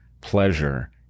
pleasure